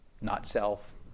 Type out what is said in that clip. not-self